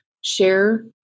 share